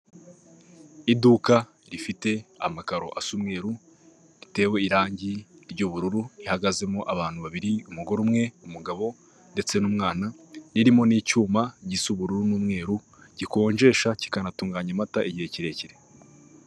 Iduka rifite amakaro asa umweru ritewe irangi ry'ubururu, rihagazemo abantu babiri umugore umwe, umugabo ndetse n'umwana, ririmo n'icyuma gisa ubururu n'umweru gikonjesha kikanatunganya amata igihe kirekire.